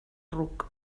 ruc